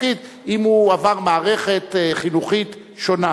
התפקיד אם הוא עבר מערכת חינוכית שונה,